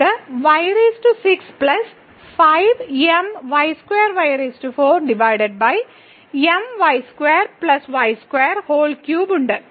നമ്മൾക്ക് ഉണ്ട്